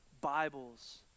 Bibles